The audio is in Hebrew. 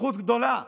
זכות גדולה,